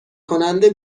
کننده